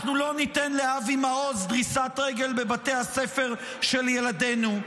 אנחנו לא ניתן לאבי מעוז דריסת רגל בבתי הספר של ילדינו,